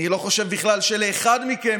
אני לא חושב בכלל שלאחד מכם,